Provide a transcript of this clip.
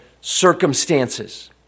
circumstances